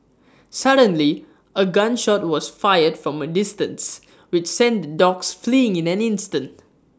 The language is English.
suddenly A gun shot was fired from A distance which sent the dogs fleeing in an instant